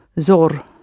Zor